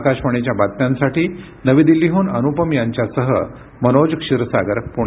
आकाशवाणीच्या बातम्यांसाठी नवी दिल्लीहून अनुपम यांच्यासह मनोज क्षीरसागर पुणे